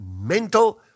mental